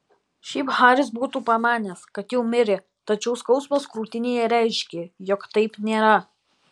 šiaip haris būtų pamanęs kad jau mirė tačiau skausmas krūtinėje reiškė jog taip nėra